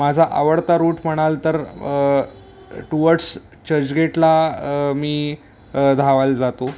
माझा आवडता रूट म्हणाल तर टूवर्ड्स चर्चगेटला मी धावायला जातो